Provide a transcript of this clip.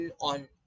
on